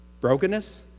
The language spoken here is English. Brokenness